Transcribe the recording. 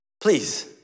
Please